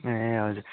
ए हजुर